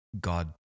God